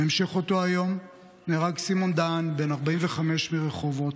בהמשך אותו היום נהרג סימון דהן, בן 45 מרחובות,